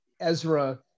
ezra